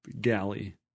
galley